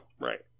right